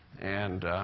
and